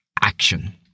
action